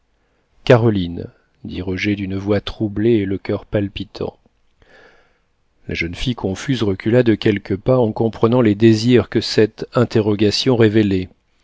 caroline dit roger d'une voix troublée et le coeur palpitant la jeune fille confuse recula de quelques pas en comprenant les désirs que cette interrogation révélait